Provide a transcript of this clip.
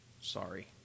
Sorry